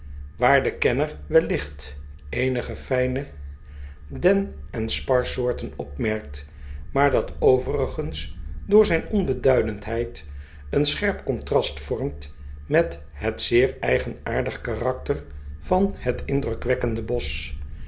de kenner welligt eenige fijne den en sparsoorten opmerkt maar dat overigens door zijn onbeduidendheid een scherp contrast vormt met het zeer eigenaardig karakter van het indrukwekkende bosch